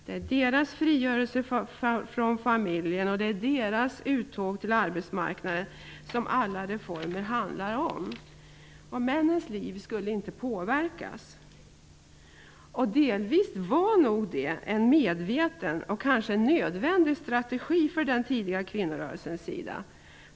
Det var deras frigörelse från familjen och deras uttåg till arbetsmarknaden som alla reformer handlade om. Männens liv skulle inte påverkas. Delvis var nog detta en medveten och kanske nödvändig strategi från den tidiga kvinnorörelsens sida.